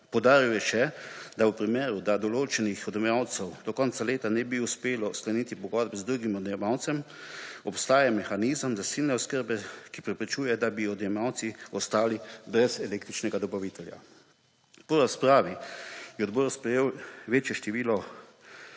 Poudaril je še, da v primeru, da določenim odjemalcem do konca ne bi uspelo skleniti pogodbe z drugim odjemalcem, obstaja mehanizem zasilne oskrbe, ki preprečuje, da bi odjemalci ostali brez električnega dobavitelja. Po razpravi je odbor sprejel večje število